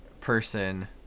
person